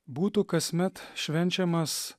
būtų kasmet švenčiamas